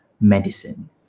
medicine